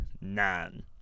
nine